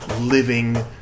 living